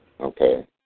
Okay